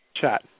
chat